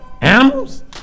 Animals